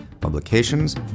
publications